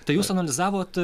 tai jūs analizavot